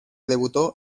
debutó